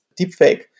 deepfake